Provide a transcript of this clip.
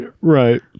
right